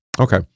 Okay